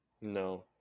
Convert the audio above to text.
no